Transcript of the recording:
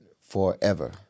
forever